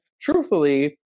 truthfully